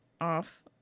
off